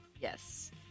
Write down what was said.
Yes